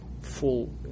Full